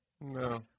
No